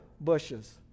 bushes